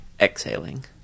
exhaling